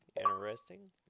Interesting